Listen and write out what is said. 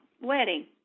wedding